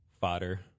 fodder